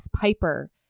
Piper